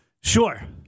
Sure